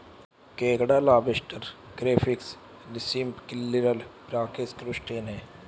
केकड़ा lobster crayfish shrimp krill prawns crustacean है